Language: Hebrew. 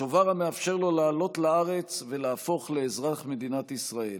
שובר המאפשר לו לעלות לארץ ולהפוך לאזרח מדינת ישראל,